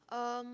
um